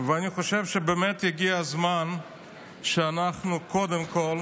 ואני חושב שבאמת הגיע הזמן שאנחנו קודם כול